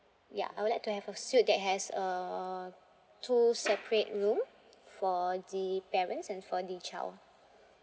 ya I would like to have a suite that has uh two separate room for the parents and for the child